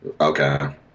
Okay